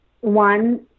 one